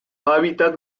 hábitat